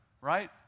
Right